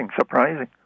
surprising